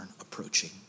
approaching